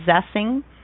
possessing